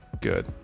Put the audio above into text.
good